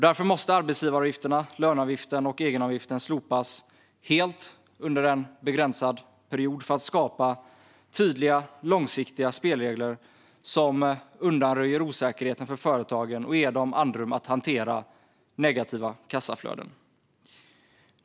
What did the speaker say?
Därför måste arbetsgivaravgifterna, löneavgiften och egenavgiften slopas helt under en begränsad period för att skapa tydliga långsiktiga spelregler som undanröjer osäkerheten för företagen och ger dem andrum att hantera negativa kassaflöden.